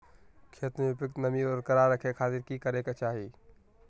खेत में उपयुक्त नमी बरकरार रखे खातिर की करे के चाही?